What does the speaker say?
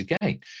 again